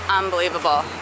unbelievable